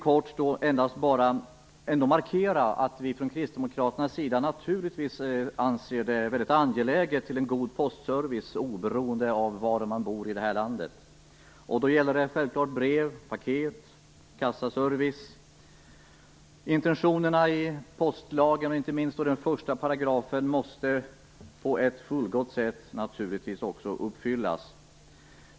Jag vill bara från kristdemokraternas sida kort markera att vi naturligtvis anser det mycket angeläget med en god postservice för medborgarna, oberoende av var de bor i vårt land. Det gäller såväl för brev och paket som för kassaservice. Intentionerna i postlagen, inte minst i dess 1 §, måste naturligtvis uppfyllas på ett fullgott sätt.